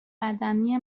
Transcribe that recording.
قدمی